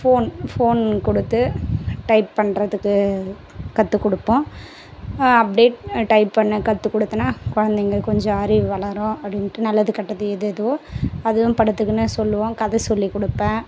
phone phone கொடுத்து type பண்ணுறதுக்கு கற்றுக்குடுப்போம் அப்படியே டைப் பண்ண கற்று கொடுத்தன்னா குழந்தைங்க கொஞ்சம் அறிவு வளரும் அப்படின்ட்டு நல்லது கெட்டது எதேதோ அதுவும் படுத்துக்குன்னு சொல்லுவோம் கதை சொல்லிக் கொடுப்பேன்